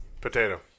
Potato